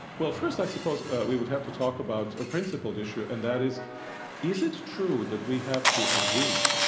well, first i suppose we would have to talk about a principled issue, and that is is it true that we have to agree